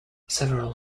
several